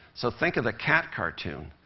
so think of the cat cartoon.